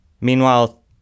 Meanwhile